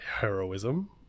Heroism